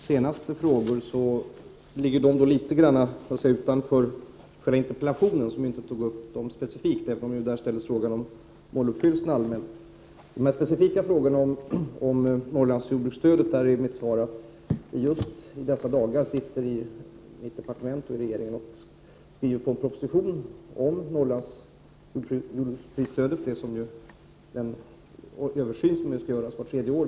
Herr talman! Först vill jag säga att Kristina Svenssons senaste frågor ligger litet utanför själva interpellationen, som inte tog upp dem specifikt, även om frågan om måluppfyllelsen ställdes rent allmänt. På de specifika frågorna om Norrlandsjordbruksstödet är mitt svar att mitt departement just i dessa dagar skriver på en proposition om jordbruksprisstödet i Norrland. Det är en översikt som skall göras vart tredje år.